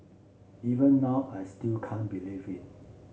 even now I still can't believe it